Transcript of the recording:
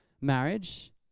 marriage